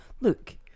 look